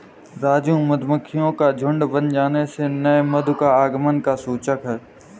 राजू मधुमक्खियों का झुंड बन जाने से नए मधु का आगमन का सूचक है